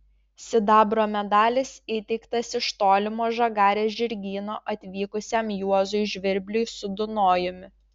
sidabro medalis įteiktas iš tolimo žagarės žirgyno atvykusiam juozui žvirbliui su dunojumi